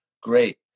great